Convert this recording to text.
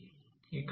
ఇక్కడ 0